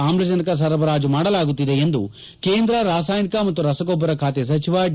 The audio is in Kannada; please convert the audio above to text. ಆಮ್ಲಜನಕ ಸರಬರಾಜು ಮಾಡಲಾಗುತ್ತಿದೆ ಎಂದು ಕೇಂದ್ರ ರಾಸಾಯನಿಕ ಮತ್ತು ರಸಗೊಬ್ಬ ರ ಖಾತೆ ಸಚಿವ ಡಿ